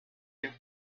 you